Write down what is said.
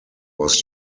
was